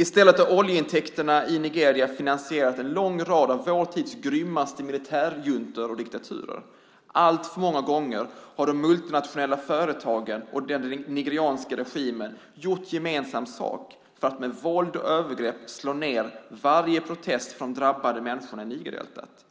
I stället har oljeintäkterna i Nigeria finansierat en lång rad av vår tids grymmaste militärjuntor och diktaturer. Alltför många gånger har de multinationella oljeföretagen och den nigerianska regimen gjort gemensam sak för att med våld och övergrepp slå ned varje protest från drabbade människor i Nigerdeltat.